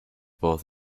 both